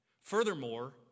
Furthermore